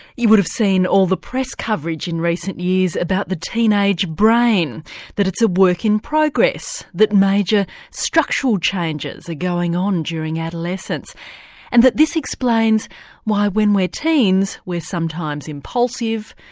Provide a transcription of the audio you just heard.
you would have seen all the press coverage in recent years about the teenage brain that it's a work in progress, that major structural changes are going on during adolescence and that this explains why when we're teens we're sometimes impulsive,